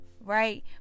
right